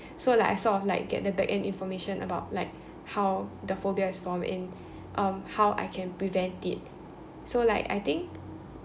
so like I sort of like get the back end information about like how the phobia is formed and um how I can prevent it so like I think